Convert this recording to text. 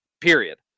period